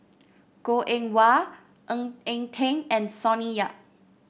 Goh Eng Wah Ng Eng Teng and Sonny Yap